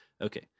okay